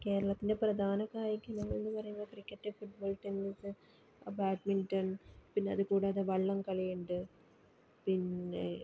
കേരളത്തിന്റെ പ്രധാന കായിക ഇനങ്ങളെന്ന് പറയുമ്പോൾ cricket football tennis badminton പിന്നെ അത് കൂടാതെ വള്ളം കളി ഉണ്ട് പിന്നെ